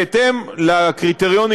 בהתאם לקריטריונים,